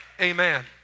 Amen